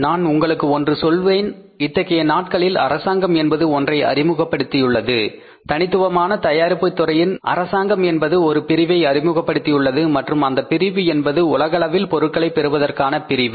நான் உங்களுக்கு ஒன்று சொல்லுவேன் இத்தகைய நாட்களில் அரசாங்கம் என்பது ஒன்றை அறிமுகப்படுத்தியுள்ளது தனித்துவமாக தயாரிப்பு துறையில் அரசாங்கம் என்பது ஒரு பிரிவை அறிமுகப்படுத்தியுள்ளது மற்றும் அந்த பிரிவு என்பது உலகளவில் பொருட்களை பெறுவதற்கான பிரிவு